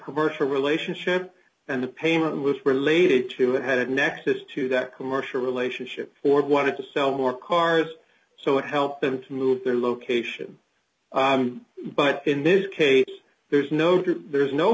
commercial relationship and the payment was related to it had a nexus to that commercial relationship or wanted to sell more cars so it helped them to move their location but in this case there's no to there's no